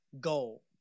goal